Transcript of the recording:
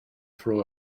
throw